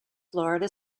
florida